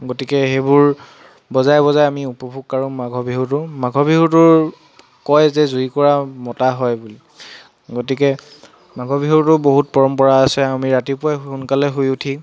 গতিকে সেইবোৰ বজাই বজাই আমি উপভোগ কৰোঁ মাঘৰ বিহুটো মাঘৰ বিহুটোৰ কয় যে জুইকোৰা মতা হয় বুলি গতিকে মাঘৰ বিহুতো বহুত পৰম্পৰা আছে আমি ৰাতিপুৱাই সোনকালে শুই উঠি